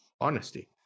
honesty